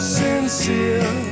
sincere